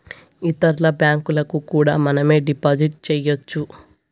ఇతరుల బ్యాంకులకు కూడా మనమే డిపాజిట్ చేయొచ్చు